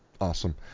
Awesome